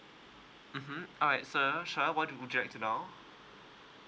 mmhmm alright sure sure what would you like to know